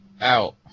out